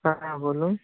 হ্যাঁ বলুন